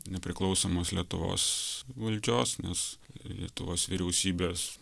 nepriklausomos lietuvos valdžios nes lietuvos vyriausybės